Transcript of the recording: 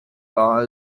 bar